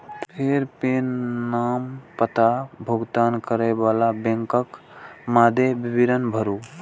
फेर पेन, नाम, पता, भुगतान करै बला बैंकक मादे विवरण भरू